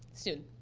soon.